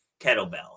kettlebell